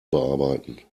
bearbeiten